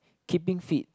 keeping fit